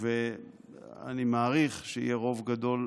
ואני מעריך שיהיה רוב גדול,